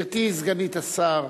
גברתי סגנית השר,